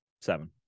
Seven